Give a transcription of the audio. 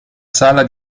sala